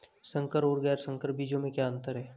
संकर और गैर संकर बीजों में क्या अंतर है?